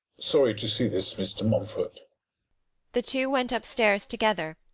sorry to see this, mr. mumford the two went upstairs together,